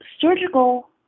surgical